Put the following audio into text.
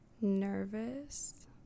nervous